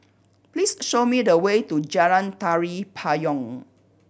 please show me the way to Jalan Tari Payong